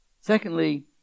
Secondly